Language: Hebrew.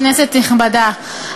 כנסת נכבדה,